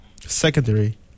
secondary